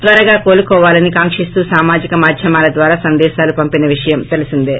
త్వరగా కోలుకోవాలని కాంకిస్తూ సామాజిక మాధ్యమాల ద్వారా సందేశాలు పంపిన విషయం తెలీసిందే